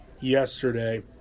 yesterday